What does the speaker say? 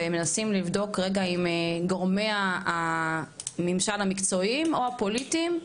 ומנסים לבדוק רגע עם גורמי הממשל המקצועיים או הפוליטיים,